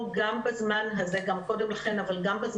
גם קודם לכן ואנחנו משקיעים בו גם כיום.